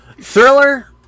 Thriller